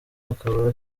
akaba